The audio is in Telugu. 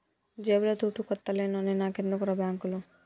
జేబుల తూటుకొత్త లేనోన్ని నాకెందుకుర్రా బాంకులు